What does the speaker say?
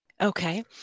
Okay